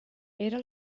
era